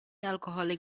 alcoholic